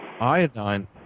iodine